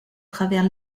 travers